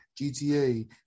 GTA